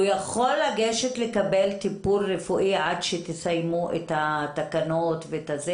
הוא יכול לגשת לקבל טיפול רפואי עד שתסיימו את התקנות ואת הכול,